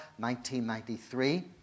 1993